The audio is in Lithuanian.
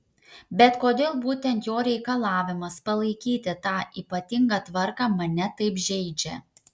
bet kodėl būtent jo reikalavimas palaikyti tą ypatingą tvarką mane taip žeidžia